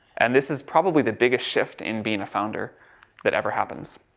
and this is probably the biggest shift in being a founder that ever happens.